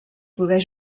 poder